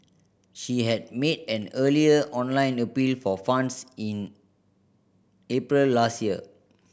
she had made an earlier online appeal for funds in April last year